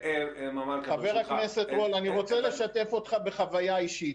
חבר הכנסת רול, אני רוצה לשתף אותך בחוויה אישית.